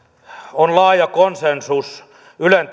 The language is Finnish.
on laaja konsensus ylen